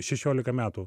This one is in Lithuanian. šešiolika metų